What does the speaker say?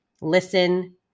listen